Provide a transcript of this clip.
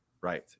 Right